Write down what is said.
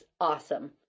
awesome